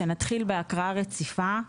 שנתחיל בהקראה רציפה,